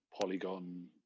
polygon